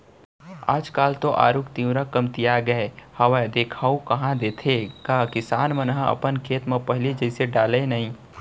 आज काल तो आरूग तिंवरा कमतिया गय हावय देखाउ कहॉं देथे गा किसान मन ह अपन खेत म पहिली जइसे डाले नइ